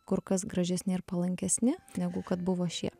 kur kas gražesni ir palankesni negu kad buvo šie